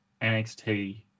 NXT